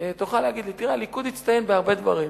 תוכל להגיד לי: תראה, הליכוד הצטיין בהרבה דברים,